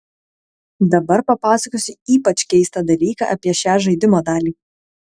dabar papasakosiu ypač keistą dalyką apie šią žaidimo dalį